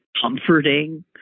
comforting